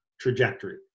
trajectory